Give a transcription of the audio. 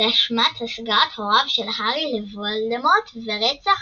באשמת הסגרת הוריו של הארי לוולדמורט, ורצח